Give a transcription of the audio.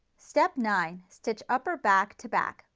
step nine, stitch upper back to back,